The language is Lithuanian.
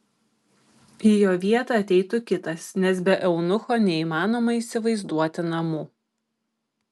į jo vietą ateitų kitas nes be eunucho neįmanoma įsivaizduoti namų